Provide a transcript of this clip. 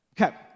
Okay